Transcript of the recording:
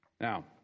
Now